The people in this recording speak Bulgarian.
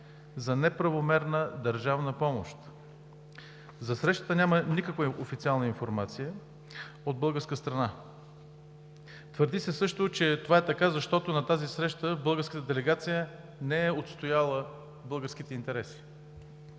за неправомерна държавна помощ. За срещата няма никаква официална информация от българска страна. Твърди се също, че това е така, защото на тази среща българската делегация не е отстояла българските интереси.